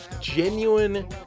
genuine